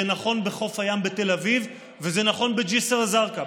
זה נכון בחוף הים בתל אביב וזה נכון בג'יסר א-זרקא.